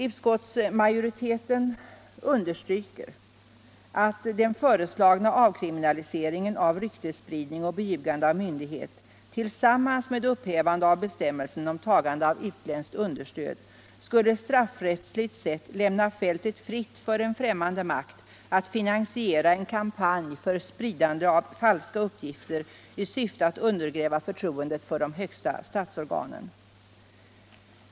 Utskottsmajoriteten understryker att den föreslagna avkriminaliseringen av ryktesspridning och beljugande av myndighet tillsammans med upphävandet av bestämmelsen om tagande av utländskt understöd straffrättsligt sett skulle lämna fältet fritt för fftämmande makt att finansiera en kampanj för spridande av falska uppgifter i syfte att undergräva förtroendet för de högsta statsorganen.